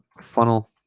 funnel